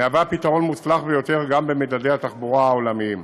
מהווה פתרון מוצלח ביותר גם במדדי התחבורה העולמיים.